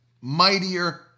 mightier